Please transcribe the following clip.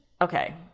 okay